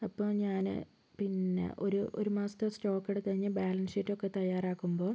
അപ്പോൾ ഞാന് പിന്നെ ഒരു ഒരു മാസത്തെ സ്റ്റോക്കെടുത്ത് കഴിഞ്ഞ് ബാലൻസ് ഷീറ്റൊക്കെ തയ്യാറാക്കുമ്പോൾ